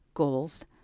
goals